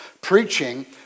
preaching